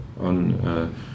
on